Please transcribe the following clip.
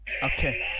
okay